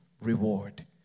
reward